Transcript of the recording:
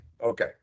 Okay